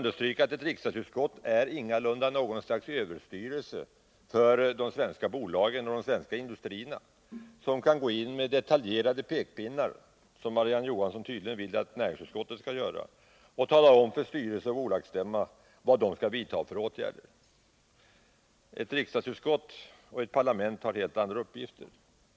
Ett riksdagsutskott är ingalunda någon sorts överstyrelse för de svenska bolagen eller industrierna och kan inte gå in med pekpinnar i detaljfrågor, som hon tydligen vill att näringsutskottet skall göra. Vi kan inte tala om för styrelser och bolagsstämmor vad de skall vidta för åtgärder. Ett riksdagsutskott och ett parlament har andra uppgifter.